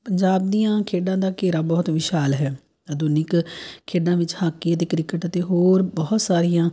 ਪੰਜਾਬ ਦੀਆਂ ਖੇਡਾਂ ਦਾ ਘੇਰਾ ਬਹੁਤ ਵਿਸ਼ਾਲ ਹੈ ਆਧੁਨਿਕ ਖੇਡਾਂ ਵਿੱਚ ਹਾਕੀ ਅਤੇ ਕ੍ਰਿਕਟ ਅਤੇ ਹੋਰ ਬਹੁਤ ਸਾਰੀਆਂ